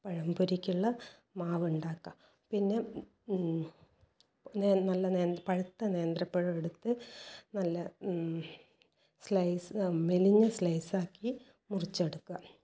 പഴംപൊരിക്കുള്ള മാവുണ്ടാക്കുക പിന്നെ നല്ല നേന്ത്ര പഴുത്ത നേന്ത്ര പഴം എടുത്ത് നല്ല സ്ലയിസ് മെലിഞ്ഞ സ്ലയിസ് ആക്കി മുറിച്ചെടുക്കുക